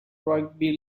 rugby